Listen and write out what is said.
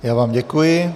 Já vám děkuji.